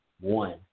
one